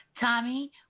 Tommy